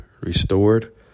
restored